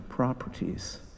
properties